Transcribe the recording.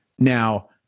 Now